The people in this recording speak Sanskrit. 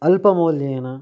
अल्पमौल्येन